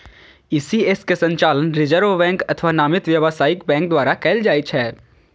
ECS के संचालन reserve bank अथवा नामित व्यावसायिक बैंक द्वारा कैल जाइ छै